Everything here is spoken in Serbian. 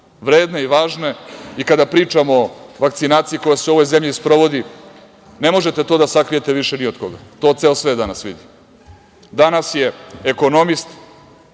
vredne i važne. Kada pričamo o vakcinaciji koja se u ovoj zemlji sprovodi, ne možete to da sakrijete više ni od koga. To ceo svet danas vidi. Danas je ekonomist,